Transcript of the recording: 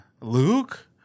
Luke